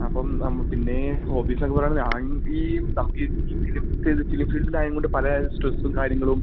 അപ്പം പിന്നേ ഹോബിസ്ന്നൊക്കെ പറയുമ്പൊ ഞാൻ ഈ നമ്ക്കീ ഫിലിം ഫിലിം ഫീൽഡിൽ ആയേം കൊണ്ട് പലേ സ്ട്രെസ്സും കാര്യങ്ങളും